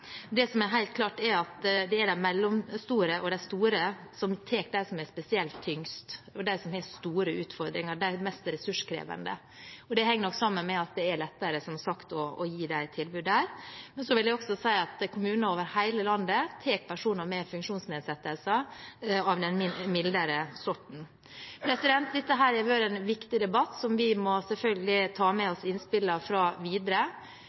Det som er helt klart, er at det er de mellomstore og de store som tar de som er spesielt tunge, og de som har store utfordringer, de mest ressurskrevende. Det henger nok sammen med at det er lettere, som sagt, å gi dem et tilbud der. Jeg vil også si at kommunene over hele landet tar imot personer med mindre funksjonsnedsettelser. Dette har vært en viktig debatt som vi selvfølgelig må ta med oss innspill fra videre.